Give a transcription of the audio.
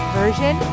version